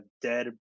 dead